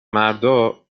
مردا